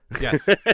Yes